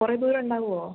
കുറെ ദൂരമുണ്ടാവോ